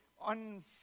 on